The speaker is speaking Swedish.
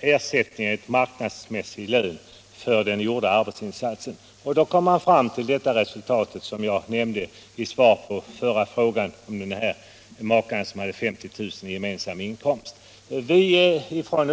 högsta marknadsmässiga lön för sin arbetsinsats. Då kan man komma fram till en sådan inkomstuppdelning, som jag nämnde i mitt svar på frågan om makarna som hade en gemensam inkomst på 50 000 kr.